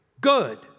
good